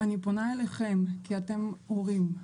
אני פונה אליכם כי אתם הורים,